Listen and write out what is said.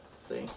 See